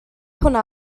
hwnna